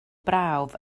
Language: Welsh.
brawf